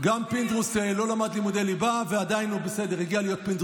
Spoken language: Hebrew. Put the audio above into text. וזה לא הפך אותי,